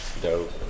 dope